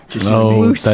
no